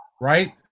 right